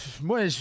moi